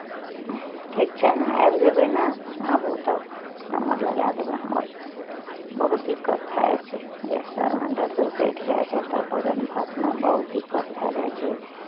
ठीक छै ने आबि जयबै ने आबू तब नम्बर लगाए देबै हमर बहुत दिक्कत भए जाइ छै जे सिलेण्डर जे सठि जाइ छै तऽ भोजन भातमे बहुत दिक्कत भए जाइ छै